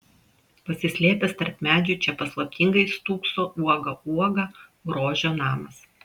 pasislėpęs tarp medžių čia paslaptingai stūkso uoga uoga grožio namas